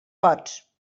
pots